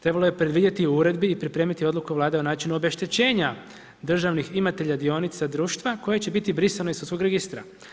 Trebalo je predvidjeti u uredbi i pripremiti odluke Vlade o načinu obeštećenja državnih imatelja dionica društva koja će biti brisana sa svog registra.